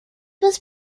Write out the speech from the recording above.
was